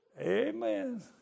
Amen